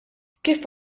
kif